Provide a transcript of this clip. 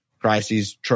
Crises